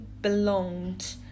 belonged